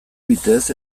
bitez